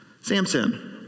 Samson